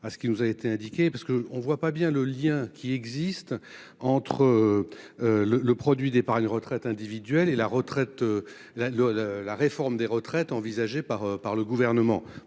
à ce qui nous a été indiqué parce que on ne voit pas bien le lien qui existe entre. Le, le produit d'épargne retraite individuelle et la retraite la le le la réforme des retraites envisagée par par le gouvernement.